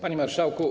Panie Marszałku!